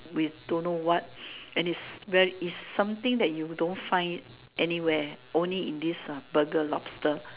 with don't know what and is very is something that you don't find it anywhere only in this uh Burger lobster